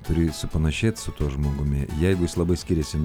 turi supanašėti su tuo žmogumi jeigu jis labai skiriasi